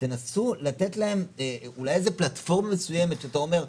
תנסו לתת להם אולי איזה פלטפורמה מסוימת שאתה אומר: